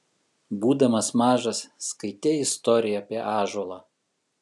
būdamas mažas skaitei istoriją apie ąžuolą